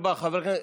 תשובה אמיתית.